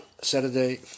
Saturday